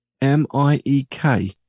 M-I-E-K